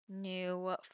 new